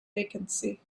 vacancy